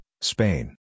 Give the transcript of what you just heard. Spain